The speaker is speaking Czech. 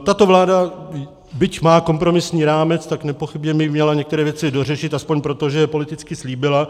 Tato vláda, byť má kompromisní rámec, tak nepochybně by měla některé věci dořešit, aspoň proto, že je politicky slíbila.